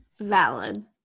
Valid